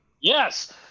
Yes